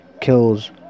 kills